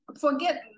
forget